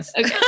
Okay